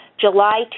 July